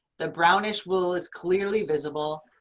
the brownish wool is clearly visible.